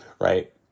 right